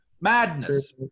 Madness